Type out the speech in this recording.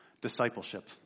discipleship